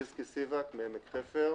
חזקי סיבק מעמק חפר,